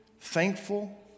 thankful